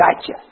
Gotcha